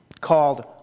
called